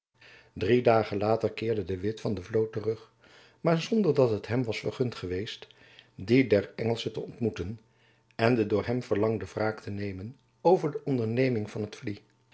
drie dagen later keerde de witt van de vloot terug maar zonder dat het hem was vergund geweest die der engelschen te ontmoeten en de door hem verlangde wraak te nemen over de onderneming van t vlie